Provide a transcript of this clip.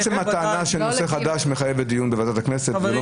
עצם הטענה של נושא חדש מחייבת דיון בוועדת הכנסת ולא